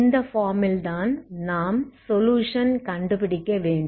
இந்த ஃபார்ம் ல் தான் நாம் சொலுயுஷன் கண்டு பிடிக்கவேண்டும்